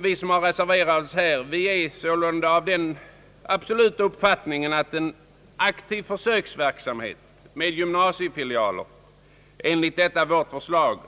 : Vi reservanter hyser, herr talman, den bestämda uppfattningen att en aktiv försöksverksamhet med gymnasiefilialer enligt vårt förslag